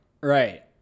Right